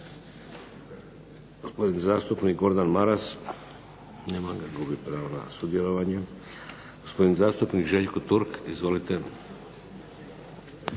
Gospodin zastupnik Gordan Maras. Nema ga. Gubi pravo na sudjelovanje. Gospodin zastupnik Željko Turk. Izvolite.